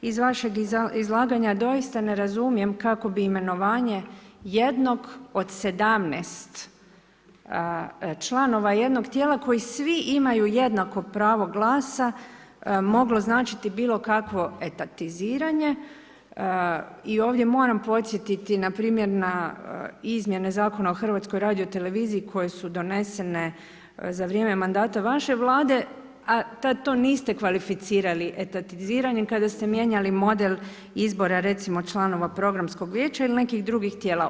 Iz vašeg izlaganja doista ne razumijem kako bi imenovanje jednog od 17 članova jednog tijela, koji svi imaju jednako pravo glasa, moglo značiti bilo kakvo etatiziranje i ovdje moram podsjetiti npr. na izmjene Zakona o HRT-u koje su donesene za vrijeme mandata vaše Vlade, a tad to niste kvalificirali etatiziranjem kada ste mijenjali model izbora recimo članova programskog vijeća ili nekih drugih tijela.